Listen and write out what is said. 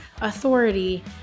authority